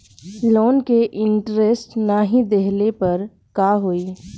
Loan के interest नाही देहले पर का होई?